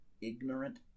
ignorant